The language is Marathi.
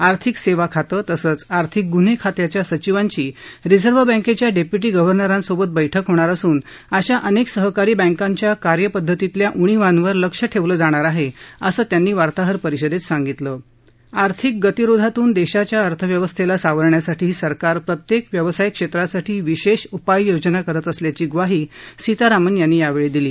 आर्थिक सेवा खाते तसंच आर्थिक ग्न्हे खात्याच्या सचिवांची रिझर्व्ह बँकेच्या डेप्यूटी गर्व्हनरांसोबत बैठक होणार असून अशा अनेक सहकारी बँकांच्या कार्यपदघतीतल्या उणीवांवर लक्ष ठेवलं जाणार आहे असं त्यांनी वार्ताहर परिषदेत सांगितलं आर्थिक गतीरोधातून देशाच्या अर्थव्यवस्थेला सावरण्यासाठी सरकार प्रत्येक व्यवसाय क्षेत्रासाठी विशेष उपाययोजना करत असल्याची ग्वाही सीतारामण यांनी यावेळी दिली